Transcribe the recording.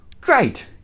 Great